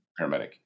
paramedic